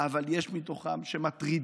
אבל יש מתוכם שמטרידים,